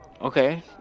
Okay